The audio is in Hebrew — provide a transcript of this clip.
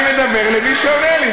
אני מדבר למי שעונה לי.